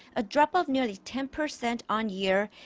a drop of nearly ten percent on-year.